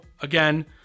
again